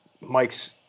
Mike's